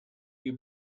you